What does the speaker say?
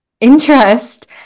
interest